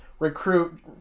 Recruit